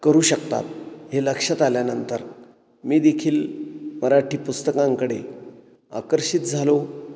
करू शकतात हे लक्षात आल्यानंतर मी देखील मराठी पुस्तकांकडे आकर्षित झालो